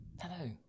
Hello